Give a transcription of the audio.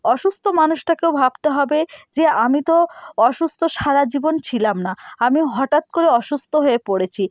অসুস্থ মানুষটাকেও ভাবতে হবে যে আমি তো অসুস্থ সারা জীবন ছিলাম না আমি হঠাৎ করে অসুস্থ হয়ে পড়েছি